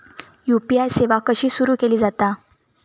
UPI सेवा कशी सुरू केली जाता?